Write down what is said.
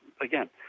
again